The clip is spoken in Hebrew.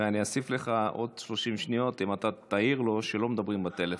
אני אוסיף לך עוד 30 שניות אם אתה תעיר לו שלא מדברים בטלפון,